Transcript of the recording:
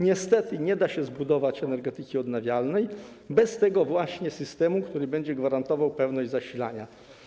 Niestety nie da się zbudować energetyki odnawialnej bez tego właśnie systemu, który będzie gwarantował pewność zasilania.